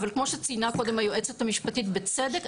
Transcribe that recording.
אבל כמו שציינה קודם היועצת המשפטית בצדק,